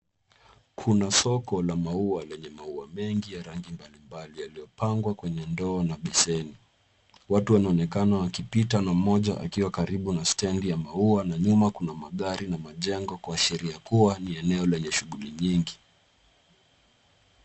Kuna soko la maua lenye maua mengi ya rangi mbalimbali yaliyopangwa kwenye ndoo na beseni. Watu wanaonekana wakipita na mmoja akiwa karibu na stendi ya maua na nyuma kuna magari na majengo kuashiria kuwa ni eneo lenye shuguli nyingi.